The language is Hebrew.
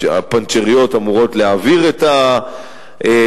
הפנצ'ריות אמורות להעביר את הצמיגים